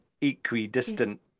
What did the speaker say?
equidistant